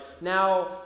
Now